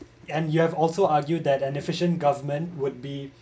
and you have also argued that an efficient government would be